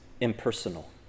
impersonal